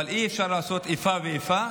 אבל אי-אפשר לעשות איפה ואיפה.